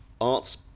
Arts